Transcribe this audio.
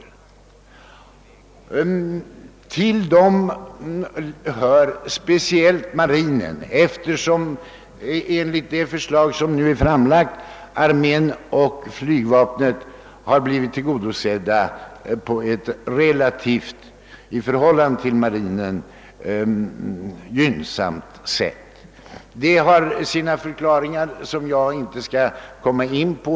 Jag tänker härvidlag speciellt på marinen, eftersom arméns och flygvapnets behov enligt föreliggande förslag blivit tillgodosedda på ett i förhållande till marinen gynnsamt sätt. Detta har sina förklaringar, som jag dock inte skall gå närmare in på.